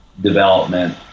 development